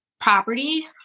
property